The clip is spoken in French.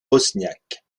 bosniaque